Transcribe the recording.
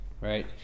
right